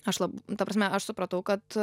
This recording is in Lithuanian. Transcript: aš lab ta prasme aš supratau kad